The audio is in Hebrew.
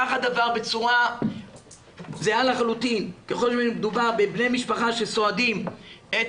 כך הדבר בצורה זהה לחלוטין ככל שמדובר בבני משפחה שסועדים את